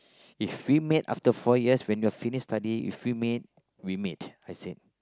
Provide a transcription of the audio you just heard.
if we meet after four years when you're finish study if we meet we meet I said